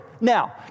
Now